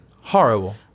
Horrible